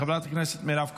חברת הכנסת מירב כהן,